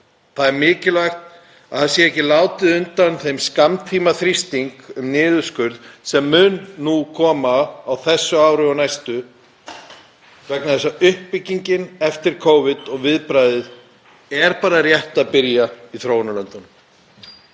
Það er mikilvægt að ekki sé látið undan skammtímaþrýstingi um niðurskurð sem mun koma á þessu ári og næstu vegna þess að uppbyggingin eftir Covid og viðbragðið er bara rétt að byrja í þróunarlöndunum.